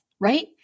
right